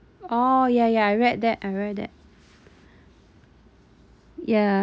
oh yeah yeah I read that I read that ya